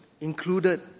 included